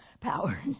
power